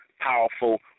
powerful